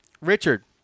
Richard